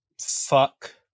fuck